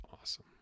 awesome